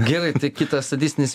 gerai tai kitas sadistinis